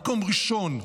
מקום ראשון,